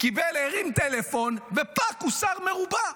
קיבל, הרים טלפון, ופאק, הוא שר מרובע.